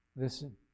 Listen